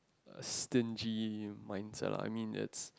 a stingy mindset lah I mean it's